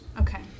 Okay